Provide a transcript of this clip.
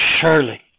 surely